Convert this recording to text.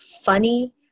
funny